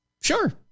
Sure